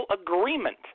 agreement